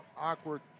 awkward